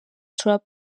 trap